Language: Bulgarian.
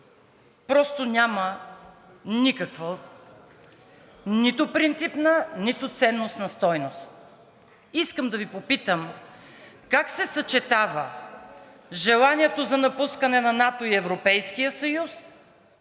просто няма никаква нито принципна, нито ценностна стойност. Искам да Ви попитам: как се съчетава желанието за напускане на НАТО и Европейския съюз